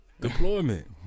deployment